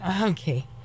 okay